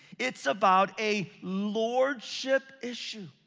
it's about a lordship issue.